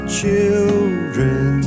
children